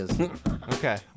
Okay